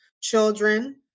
children